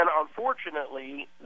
unfortunately